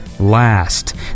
Last